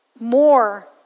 more